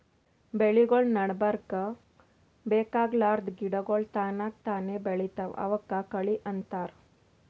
ಬೆಳಿಗೊಳ್ ನಡಬರ್ಕ್ ಬೇಕಾಗಲಾರ್ದ್ ಗಿಡಗೋಳ್ ತನಕ್ತಾನೇ ಬೆಳಿತಾವ್ ಅವಕ್ಕ ಕಳಿ ಅಂತಾರ